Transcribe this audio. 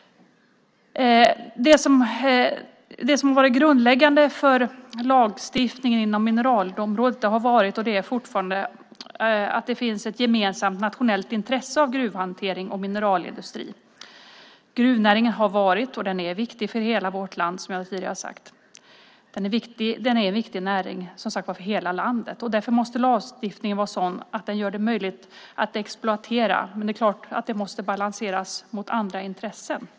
Grundläggande för lagstiftningen inom mineralområdet har varit, och är fortfarande, att det finns ett gemensamt nationellt intresse för gruvhantering och mineralindustri. Gruvnäringen har varit, och är, viktig för hela vårt land, som jag tidigare sagt. Gruvnäringen är en viktig näring för hela landet. Därför måste lagstiftningen vara sådan att den gör det möjligt att exploatera, men det är klart att det måste balanseras mot andra intressen.